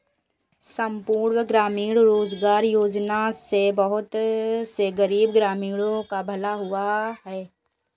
संपूर्ण ग्रामीण रोजगार योजना से बहुत से गरीब ग्रामीणों का भला भी हुआ है